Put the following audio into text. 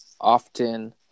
often